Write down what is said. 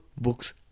books